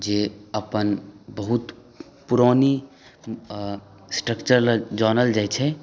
जे अपन बहुत पुरानी स्ट्रक्चरल लए जानल जाइ छै